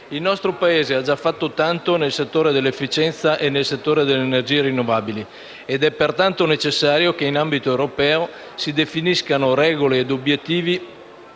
Il nostro Paese ha già fatto tanto nel settore dell'efficienza e delle energie rinnovabili ed è pertanto necessario che in ambito europeo si definiscano regole ed obiettivi